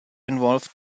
involved